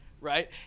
right